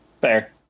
fair